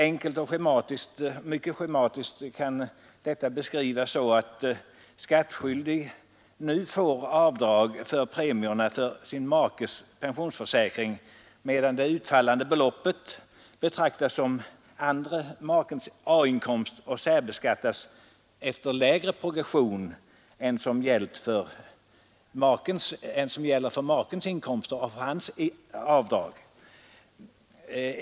Enkelt och mycket schematiskt kan detta beskrivas så, att skattskyldig nu får göra avdrag för premierna för sin makes pensionsförsäkring, medan det utfallande beloppet betraktas som den andre makens A-inkomst och särbeskattas efter lägre progression än som gäller för makes inkomster av hans/hennes avdrag.